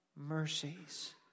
mercies